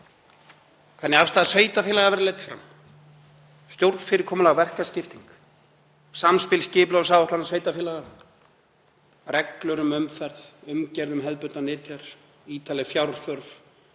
hvernig afstaða sveitarfélaga verði leidd fram, stjórnfyrirkomulag, verkaskipting, samspil skipulagsáætlana sveitarfélaga, reglur um umferð, umgjörð um hefðbundnar nytjar, ítarleg fjárþörf,